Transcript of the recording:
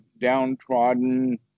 downtrodden